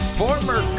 former